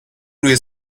روی